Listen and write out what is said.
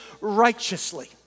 righteously